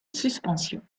suspension